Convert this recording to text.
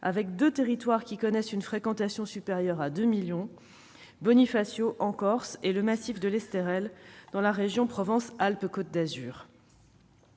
France, deux territoires connaissant une fréquentation supérieure à 2 millions de visiteurs, Bonifacio, en Corse, et le massif de l'Esterel, dans la région Provence-Alpes-Côte d'Azur.